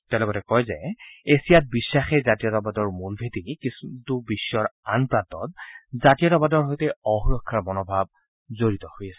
তেওঁ লগতে কয় যে এছিয়াত বিশ্বাসেই জাতীয়তাবাদৰ মূল ভেটি কিন্তু বিশ্বৰ আন প্ৰান্তত জাতীয়তাবাদৰ সৈতে অসুৰক্ষাৰ মনোভাৱহে জড়িত হৈ আছে